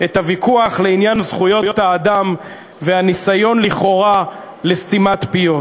את הוויכוח לעניין זכויות האדם והניסיון לכאורה לסתימת פיות.